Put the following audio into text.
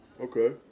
Okay